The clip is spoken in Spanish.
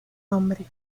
hombre